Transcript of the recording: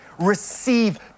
Receive